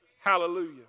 Hallelujah